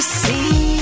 see